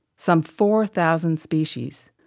some four thousand species,